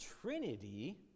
Trinity